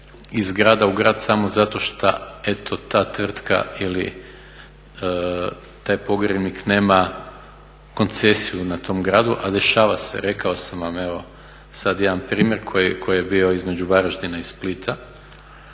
iz grada u grad samo zato što eto ta tvrtka ili taj pogrebnik nema koncesiju na tom gradu a dešava se, rekao sam vam evo sad jedan primjer koji je bio između Varaždina i Splita